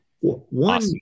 one